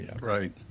right